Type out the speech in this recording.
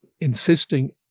insisting